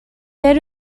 there